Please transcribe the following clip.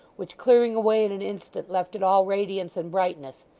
which, clearing away in an instant, left it all radiance and brightness,